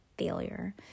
failure